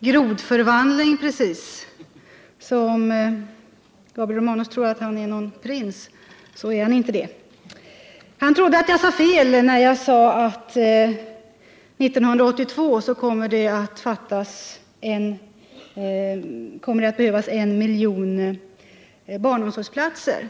grodförvandling. Om Gabriel Romanus tror att han är en prins, så mistar han sig. Gabriel Romanus trodde att jag sade fel när jag nämnde att det 1982 kommer att behövas en miljon barnomsorgsplatser.